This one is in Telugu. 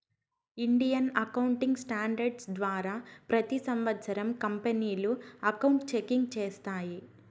ఇండియన్ అకౌంటింగ్ స్టాండర్డ్స్ ద్వారా ప్రతి సంవత్సరం కంపెనీలు అకౌంట్ చెకింగ్ చేస్తాయి